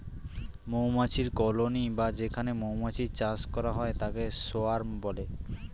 মৌমাছির কলোনি বা যেখানে মৌমাছির চাষ করা হয় তাকে সোয়ার্ম বলে